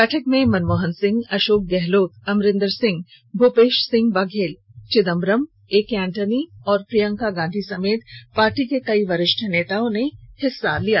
बैठक में मनमोहन सिंह अशोक गहलोत अमरिन्दीर सिंह भूपेश सिंह बघेल चिदंबरम एके एंटनी और प्रियंका गांधी समेत पार्टी के कई वरिष्ठ नेताओं ने भाग लिया